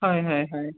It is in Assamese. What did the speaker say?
হয় হয় হয়